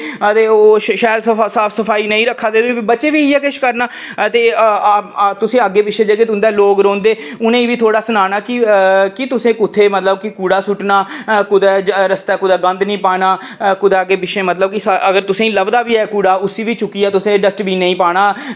ते ओह् शैल साफ सफाई नेईं रक्खा दे ते बच्चें बी इयै किश करना ते तुसें अग्गै पि्च्छै जेह्के लोक रौहंदेउ'नें ई बी थोह्ड़ा सनाना कि तुसें कुत्थै मतलब कि कूड़ा सुट्टना आं ते रस्ते कुदै गंद निं पाना अग्गै पिच्छै मतलब अगर तुसेंगी लभदा बी ऐ कूड़ा उसी बी सु'ट्टियै तुसें डस्टबिन ई पाना